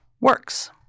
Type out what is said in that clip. works